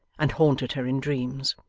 and haunted her in dreams.